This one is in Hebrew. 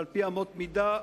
ועל-פי אמות מידה,